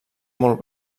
molt